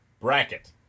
Bracket